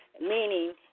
meaning